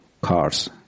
cars